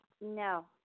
No